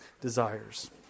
desires